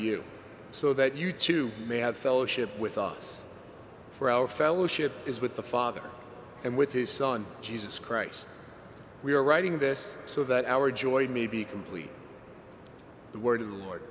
you so that you too may have fellowship with us for our fellowship is with the father and with his son jesus christ we are writing this so that our joy may be complete the word of the lord